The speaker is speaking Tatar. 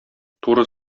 туры